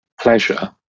pleasure